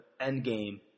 Endgame